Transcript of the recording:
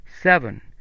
Seven